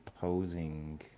posing